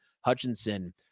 Hutchinson